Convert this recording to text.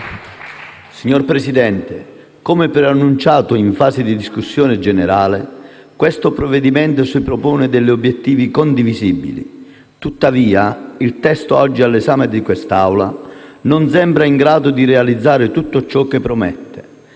Signora Presidente, come preannunciato in fase di discussione generale, questo provvedimento si propone degli obiettivi condivisibili. Tuttavia, il testo oggi all'esame di quest'Aula non sembra in grado di realizzare tutto ciò che promette.